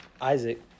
Isaac